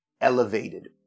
Elevated